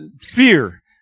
fear